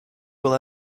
will